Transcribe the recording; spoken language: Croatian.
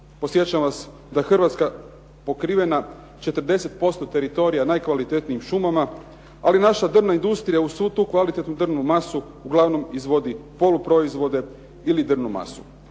podsjećam vas da Hrvatska pokrivena 40% teritorija najkvalitetnijim šumama, ali naša drvna industrija uz svu tu kvalitetu drvnu masu uglavnom izvodi poluproizvode ili drvnu masu.